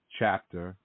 chapter